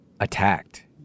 Attacked